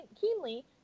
keenly